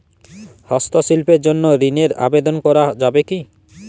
হস্তশিল্পের জন্য ঋনের আবেদন করা যাবে কি?